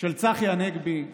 של צחי הנגבי,